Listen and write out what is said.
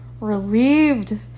relieved